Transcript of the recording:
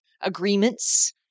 agreements